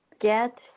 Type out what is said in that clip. Get